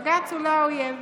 בג"ץ הוא לא האויב,